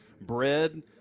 bread